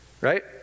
right